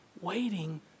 waiting